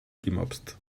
gemopst